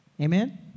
Amen